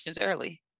early